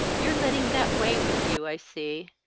you're letting that weigh with you, i see.